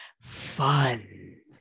fun